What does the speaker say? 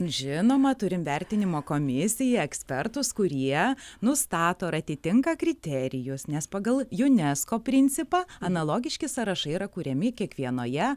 žinoma turim vertinimo komisiją ekspertus kurie nustato ar atitinka kriterijus nes pagal junesko principą analogiški sąrašai yra kuriami kiekvienoje